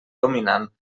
dominant